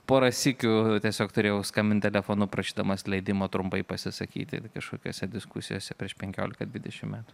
porą sykių tiesiog turėjau skambint telefonu prašydamas leidimo trumpai pasisakyti kažkokiose diskusijose prieš penkiolika dvidešimt metų